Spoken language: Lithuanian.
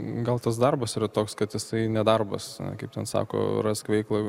gal tas darbas yra toks kad jisai nedarbas kaip ten sako rask veiklą